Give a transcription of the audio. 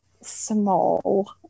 small